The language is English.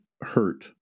hurt